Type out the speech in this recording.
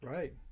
Right